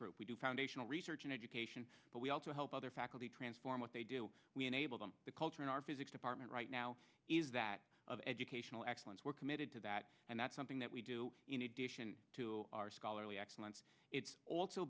group we do foundational research and education but we also help other faculty transform what they do we enable them the culture in our physics department right now is that of educational excellence we're committed to that and that's something that we do in addition to our scholarly excellence it's also